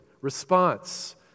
response